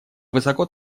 высоко